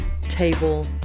table